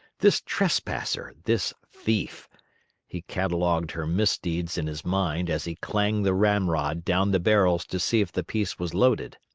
this trespasser, this thief he catalogued her misdeeds in his mind as he clanged the ramrod down the barrels to see if the piece was loaded.